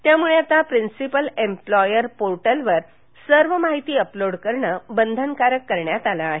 त्यामुळे आता principal employer पोर्टलवर सर्व माहिती अपलोड करणे बंधनकारक केले आहे